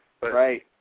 Right